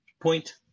point